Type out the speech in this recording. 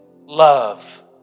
love